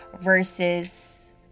versus